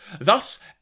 Thus